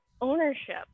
ownership